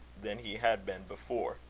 than he had been before.